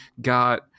got